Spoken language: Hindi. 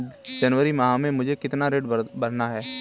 जनवरी माह में मुझे कितना ऋण भरना है?